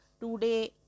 today